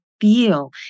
feel